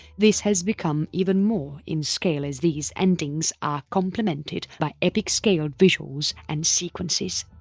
this has become even more in scale as these endings are complemented by epic scaled visuals and sequences.